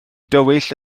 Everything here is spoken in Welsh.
dywyll